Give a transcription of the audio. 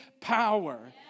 power